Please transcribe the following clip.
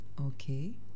Okay